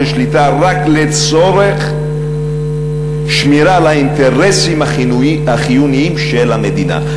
שליטה רק לצורך שמירה על האינטרסים החיוניים של המדינה.